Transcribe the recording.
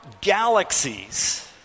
galaxies